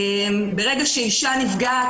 ברגע שאישה נפגעת,